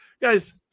guys